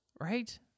right